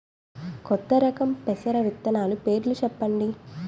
కొత్త రకం పెసర విత్తనాలు పేర్లు చెప్పండి?